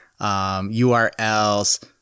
URLs